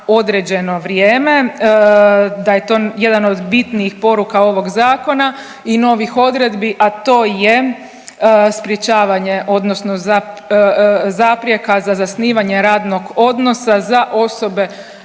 određeno vrijeme, da je to jedan od bitnijih poruka ovog Zakona i novih odredbi, a to je sprječavanje odnosno zaprjeka za zasnivanje radnog odnosa za osobe